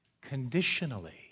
conditionally